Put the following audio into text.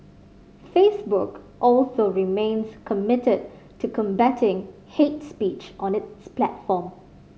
Facebook also remains committed to combating hate speech on its platform